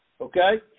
okay